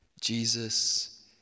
Jesus